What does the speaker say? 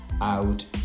out